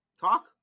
Talk